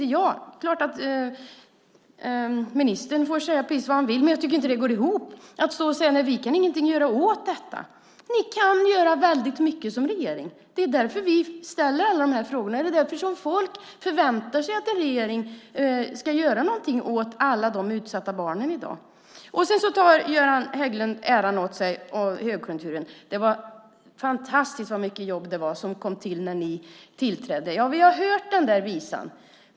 Det är klart att ministern får säga precis vad han vill, men jag tycker inte att det går ihop att stå och säga: Nej, vi kan ingenting göra åt detta. Ni kan göra väldigt mycket som regering. Det är därför vi ställer alla de här frågorna. Det är därför folk förväntar sig att en regering ska göra någonting åt alla de utsatta barnen i dag. Sedan tar Göran Hägglund äran åt sig för högkonjunkturen. Det var fantastiskt vad många jobb det var som kom till när ni tillträdde! Ja, vi har hört den där visan.